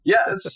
Yes